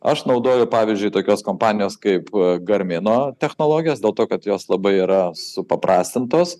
aš naudoju pavyzdžiui tokios kompanijos kaip garmino technologijos dėl to kad jos labai yra supaprastintos